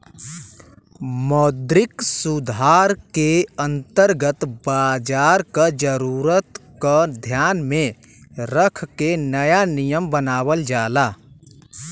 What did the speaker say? मौद्रिक सुधार के अंतर्गत बाजार क जरूरत क ध्यान में रख के नया नियम बनावल जाला